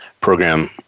program